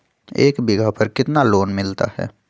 एक बीघा पर कितना लोन मिलता है?